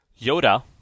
Yoda